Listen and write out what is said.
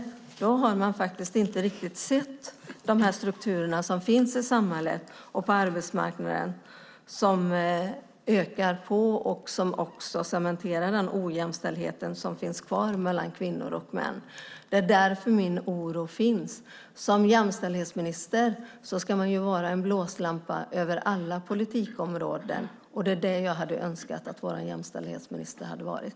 Ja, då har man inte riktigt sett de strukturer som finns i samhället och på arbetsmarknaden, som ökar och som cementerar ojämställdheten mellan kvinnor och män. Det är därför min oro finns. Som jämställdhetsminister ska man vara en blåslampa över alla politikområden, och det är det jag hade önskat att vår jämställdhetsminister hade varit.